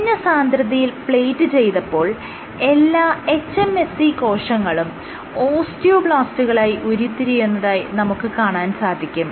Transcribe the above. കുറഞ്ഞ സാന്ദ്രതയിൽ പ്ലേറ്റ് ചെയ്തപ്പോൾ എല്ലാ hMSC കോശങ്ങളും ഓസ്റ്റിയോബ്ലാസ്റ്റുകളായി ഉരുത്തിരിയുന്നതായി നമുക്ക് കാണാൻ സാധിക്കും